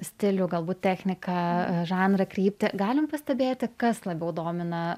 stilių galbūt techniką žanrą kryptį galim pastebėti kas labiau domina